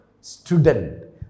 student